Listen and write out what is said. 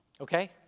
Okay